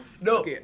No